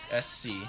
SC